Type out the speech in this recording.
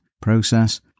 process